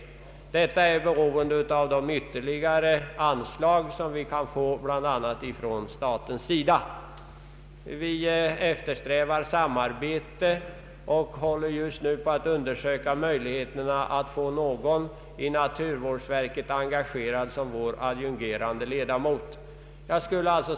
Men detta är beroende av de ytterligare anslag vi kan få bl.a. från staten. Vi eftersträvar samarbete och håller just nu på att undersöka möjligheterna att få någon i naturvårdsverket engagerad person som adjungerad ledamot i vårt samfund.